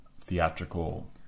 theatrical